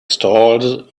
stalls